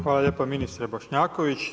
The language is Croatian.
Hvala lijepa ministre Bošnjaković.